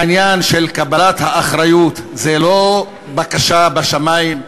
העניין של קבלת האחריות זה לא בקשה בשמים.